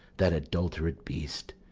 that adulterate beast,